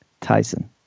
Tyson